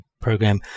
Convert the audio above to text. program